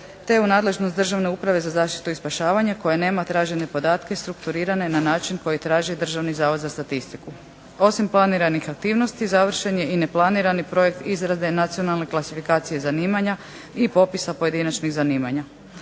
te u nadležnost Državne uprave za zaštitu i spašavanje koja nema tražene podatke strukturirane na način na koji traži Državni zavod za statistiku. Osim planiranih aktivnosti završen je i neplanirani projekt izrade nacionalne klasifikacije zanimanja i ipopisa pojedinačnih zanimanja.